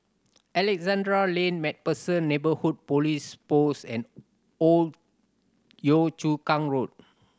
Alexandra Lane Macpherson Neighbourhood Police Post and Old Yio Chu Kang Road